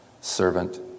servant